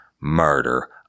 murder